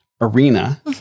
arena